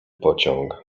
pociąg